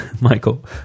Michael